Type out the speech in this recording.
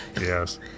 Yes